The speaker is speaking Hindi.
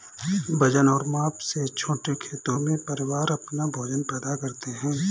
वजन और माप से छोटे खेतों में, परिवार अपना भोजन पैदा करते है